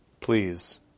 please